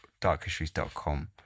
darkhistories.com